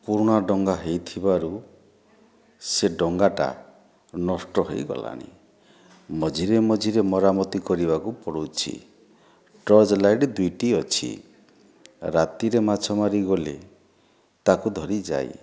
ପୁରୁଣା ଡଙ୍ଗା ହୋଇଥିବାରୁ ସେ ଡଙ୍ଗାଟା ନଷ୍ଟ ହୋଇଗଲାଣି ମଝିରେ ମଝିରେ ମରାମତି କରିବାକୁ ପଡ଼ୁଛି ଟର୍ଚ୍ଚ ଲାଇଟ ଦୁଇଟି ଅଛି ରାତିରେ ମାଛ ମାରି ଗଲେ ତାକୁ ଧରି ଯାଏ